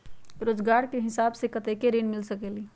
रोजगार के हिसाब से कतेक ऋण मिल सकेलि?